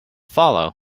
follow